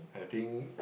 I think